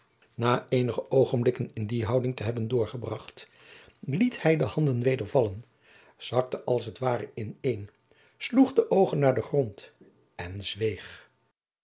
na eenige oogenblikken in die houding te hebben doorgebracht liet hij de handen weder vallen zakte als t ware in een sloeg de oogen naar den grond en zweeg